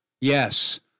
Yes